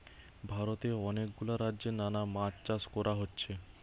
ভারতে অনেক গুলা রাজ্যে নানা মাছ চাষ কোরা হচ্ছে